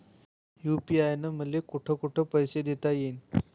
UPI न मले कोठ कोठ पैसे देता येईन?